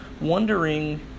wondering